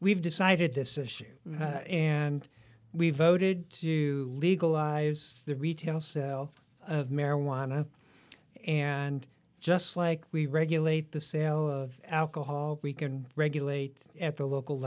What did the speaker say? we've decided this issue and we voted to legalize the retail sell of marijuana and just like we regulate the sale of alcohol we can regulate it at the local